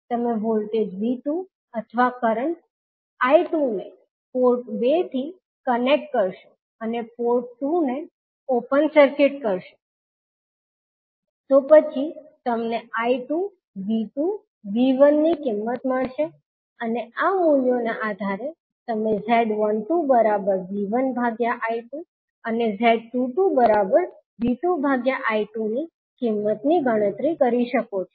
તમે વોલ્ટેજ 𝐕2 અથવા કરંટ 𝐈2 ને પોર્ટ 2 થી કનેક્ટ કરશો અને પોર્ટ 2 ને ઓપન સર્કીટ કરશો તો પછી તમને 𝐈2 𝐕2 𝐕1 ની કિંમત મળશે અને આ મૂલ્યોને આધારે તમે Z12V1I2 અને Z22V2I2 ની કિંમત ની ગણતરી કરી શકો છો